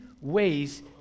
ways